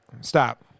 Stop